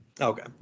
Okay